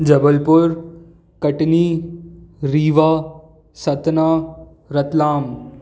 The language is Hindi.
जबलपुर कटनी रीवा सतना रतलाम